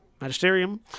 Magisterium